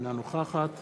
אינה נוכחת